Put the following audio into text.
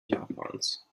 japans